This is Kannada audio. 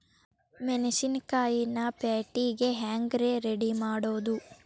ಮೆಣಸಿನಕಾಯಿನ ಪ್ಯಾಟಿಗೆ ಹ್ಯಾಂಗ್ ರೇ ರೆಡಿಮಾಡೋದು?